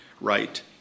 right